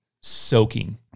soaking